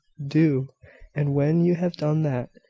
do and when you have done that,